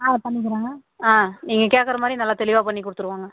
ஆ பண்ணிக்கலாங்க ஆ நீங்கள் கேட்குறா மாதிரி நல்லா தெளிவாக பண்ணிக் கொடுத்துருவோங்க